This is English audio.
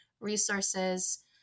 resources